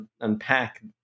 unpack